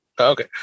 Okay